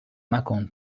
مکن